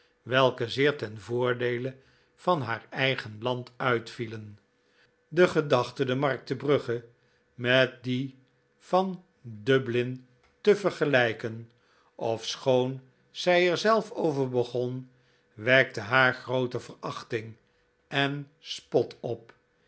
welke zeer ten voordeele van haar eigen land uitvielen de gedachte de markt te brugge met die van dublin te vergelijken ofschoon zij er zelf over begon wekte haar groote verachting en spot op